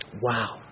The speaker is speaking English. Wow